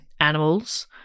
animals